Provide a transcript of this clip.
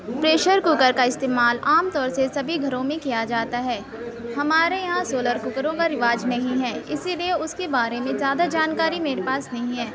pressure cooker کا استعمال عام طور سے سبھی گھروں میں کیا جاتا ہے ہمارے یہاں سولر کوکروں کا رواج نہیں ہے اِسی لیے اُس کے بارے زیادہ جانکاری میرے پاس نہیں ہے